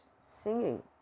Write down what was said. singing